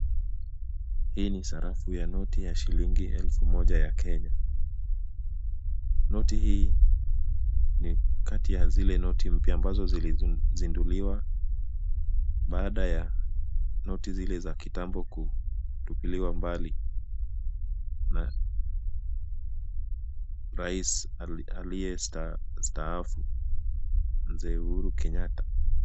Hii ni sarafu ya noti ya shilingi elfu moja ya Kenya. Noti hii ni kati ya zile noti mpya ambazo zilizinduliwa baada ya noti zile za kitambo kutupiliwa mbali na rais aliyestaafu mzee Uhuru Kenyatta.